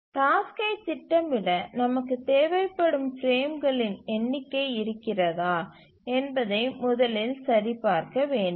டாஸ்க்கை திட்டமிட நமக்கு தேவைப்படும் பிரேம்களின் எண்ணிக்கை இருக்கிறதா என்பதை முதலில் சரிபார்க்க வேண்டும்